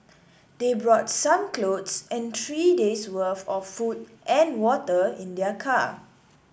they brought some clothes and three days worth of food and water in their car